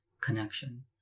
connection